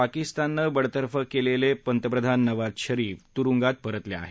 पाकिस्तान बडतर्फे केलेलं पतप्रधान नवाज शरीफ तुरुंगात परतले आहेत